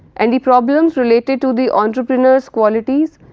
and the problems related to the entrepreneur's qualities,